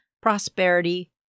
prosperity